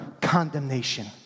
condemnation